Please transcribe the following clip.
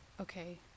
Okay